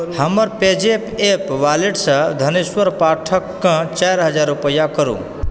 हमर PayZapp app wallet सँ धनेश्वर पाठककेँ चारि हजार रुपैया करू